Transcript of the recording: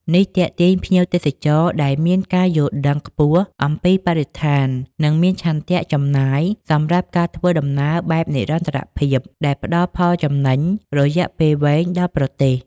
នេះទាក់ទាញភ្ញៀវទេសចរណ៍ដែលមានការយល់ដឹងខ្ពស់អំពីបរិស្ថាន និងមានឆន្ទៈចំណាយសម្រាប់ការធ្វើដំណើរបែបនិរន្តរភាព ដែលផ្តល់ផលចំណេញរយៈពេលវែងដល់ប្រទេស។